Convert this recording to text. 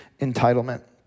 entitlement